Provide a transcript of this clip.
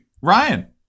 Ryan